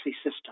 system